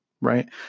right